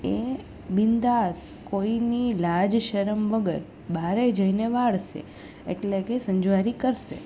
એ બિન્દાસ્ત કોઈની લાજ શરમ વગર બહાર જઈને વાળશે એટલે કે સંજવારી કરશે